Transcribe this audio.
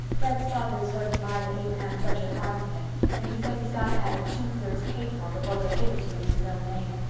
fred's father is going to buy the abraham fletcher farm for him and he says he's got to have it two thirds paid for before he'll give it to him in his own name.